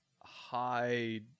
high